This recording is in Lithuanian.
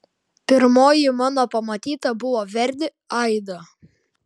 pirmoji mano pamatyta buvo verdi aida